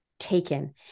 Taken